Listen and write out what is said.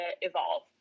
evolve